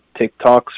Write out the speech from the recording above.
tiktoks